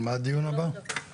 הישיבה ננעלה בשעה